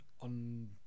on